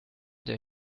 der